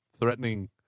threatening